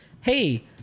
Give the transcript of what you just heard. hey